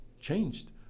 changed